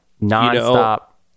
Non-stop